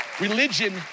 Religion